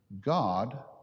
God